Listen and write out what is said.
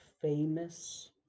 famous